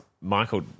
Michael